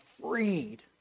freed